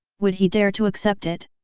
would he dare to accept it?